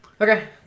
Okay